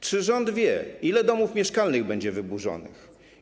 Czy rząd wie, ile domów mieszkalnych będzie wyburzonych?